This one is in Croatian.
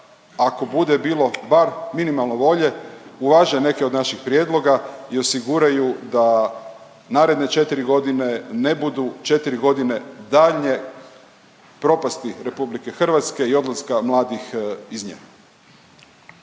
ako bude bilo bar minimalno volje uvaže neke od naših prijedloga i osiguraju da naredne 4 godine ne budu 4 godine daljnje propasti RH i odlaska mladih iz nje.